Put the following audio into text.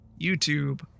YouTube